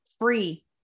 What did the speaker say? free